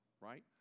right